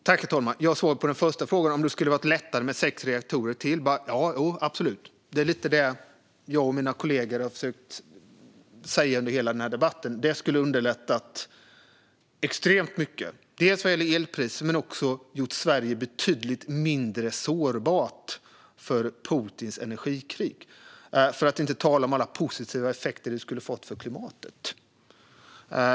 Herr talman! Svaret på den första frågan om det skulle ha varit lättare med sex reaktorer till är ja, absolut. Det är detta jag och mina kollegor har försökt säga under hela denna debatt. Det skulle ha underlättat extremt mycket för elpriset men också gjort Sverige betydligt mindre sårbart för Putins energikrig - för att inte tala om alla positiva effekter det skulle ha fått för klimatet.